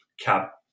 Cap